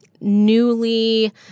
newly